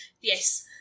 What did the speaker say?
Yes